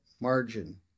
margin